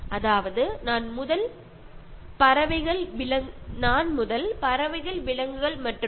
അതായത് ഇവിടെയുള്ള പക്ഷികളും മൃഗങ്ങളും മരങ്ങളും ചെടികളും എല്ലാം എനിക്ക് വേണ്ടി മാത്രമുള്ളതാണ്